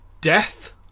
death